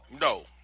No